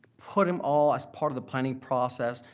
put em all as part of the planning process,